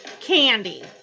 Candy